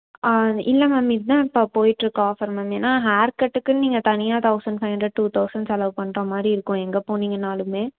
இல்லை மேம் இதுதான் இப்போ போயிட்டிருக்க ஆஃபர் மேம் ஏன்னா ஹேர் கட்டுக்குன்னு நீங்கள் தனியாக thousand five hundred two thousand செலவு பண்றா மாதிரி இருக்கும் எங்கே போனிங்கன்னாலுமே